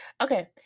okay